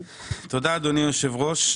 אדוני היושב ראש.